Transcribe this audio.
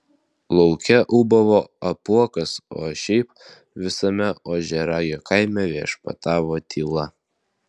lauke ūbavo apuokas o šiaip visame ožiaragio kaime viešpatavo tyla